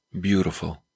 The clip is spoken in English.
Beautiful